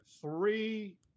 three